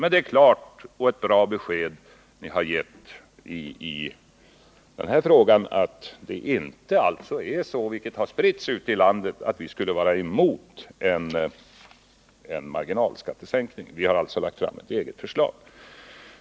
Men det är ett klart och ett bra besked ni har gett i denna fråga, nämligen att det inte är så — vilket har spritts ute i landet — att vi skulle vara emot en marginalskattesänkning. Vi har lagt fram ett eget förslag.